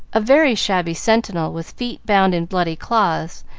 a very shabby sentinel, with feet bound in bloody cloths,